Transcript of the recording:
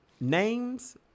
Names